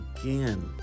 again